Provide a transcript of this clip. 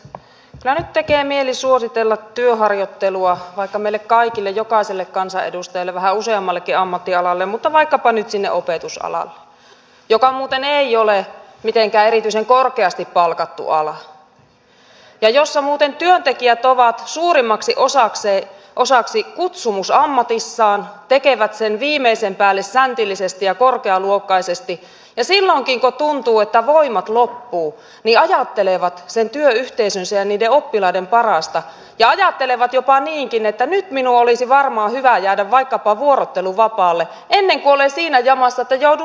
kyllä nyt tekee mieli suositella työharjoittelua vaikka meille kaikille jokaiselle kansanedustajalle vähän useammallekin ammattialalle mutta vaikkapa nyt sinne opetusalalle joka muuten ei ole mitenkään erityisen korkeasti palkattu ala ja jossa muuten työntekijät ovat suurimmaksi osaksi kutsumusammatissaan tekevät sen viimeisen päälle säntillisesti ja korkealuokkaisesti ja silloinkin kun tuntuu että voimat loppuvat ajattelevat sen työyhteisönsä ja niiden oppilaiden parasta ja ajattelevat jopa niinkin että nyt minun olisi varmaan hyvä jäädä vaikkapa vuorotteluvapaalle ennen kuin olen siinä jamassa että joudun sairauslomalle